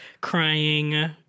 crying